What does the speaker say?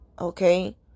Okay